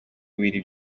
bibiri